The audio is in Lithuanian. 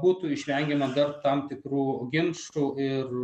būtų išvengiama dar tam tikrų ginčų ir